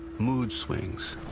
mood swings.